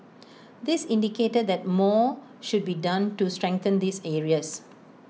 this indicated that more should be done to strengthen these areas